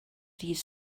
ddydd